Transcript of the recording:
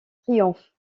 triomphe